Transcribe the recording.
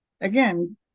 again